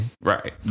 Right